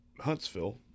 Huntsville